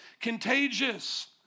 contagious